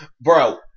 Bro